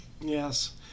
yes